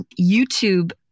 YouTube